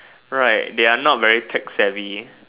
right they are not very tech savvy